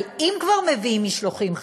אבל אם כבר מביאים משלוחים חיים,